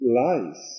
lies